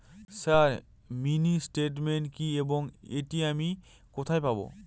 Sir mini statement কি এবং এটি আমি কোথায় পাবো?